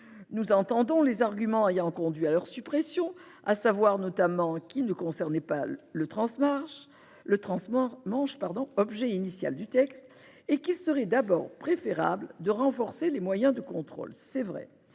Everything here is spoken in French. Nous entendons les arguments ayant conduit à leur suppression, à savoir, notamment, qu'ils ne concernaient pas le transmanche, objet initial du texte, et qu'il serait d'abord préférable de renforcer les moyens de contrôle. C'est vrai,